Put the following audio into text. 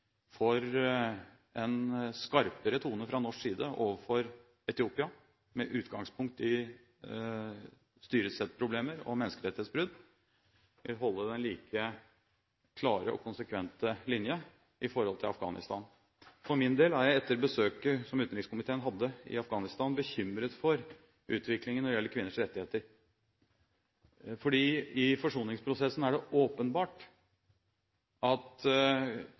for en skarpere tone fra norsk side overfor Etiopia med utgangspunkt i styresettproblemer og menneskerettighetsbrudd, vil holde en like klar og konsekvent linje i forhold til Afghanistan. For min del er jeg etter besøket som utenriks- og forsvarskomiteen hadde i Afghanistan, bekymret for utviklingen når det gjelder kvinners rettigheter, for i forsoningsprosessen er det åpenbart at